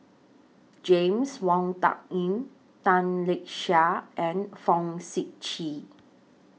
James Wong Tuck Yim Tan Lark Sye and Fong Sip Chee